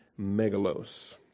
megalos